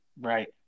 Right